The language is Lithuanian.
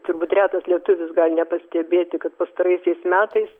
turbūt retas lietuvis gali nepastebėti kad pastaraisiais metais